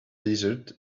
desert